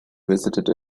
visited